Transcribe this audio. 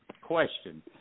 Question